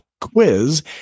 quiz